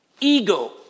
Ego